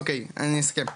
אוקי אני אסכם,